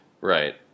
Right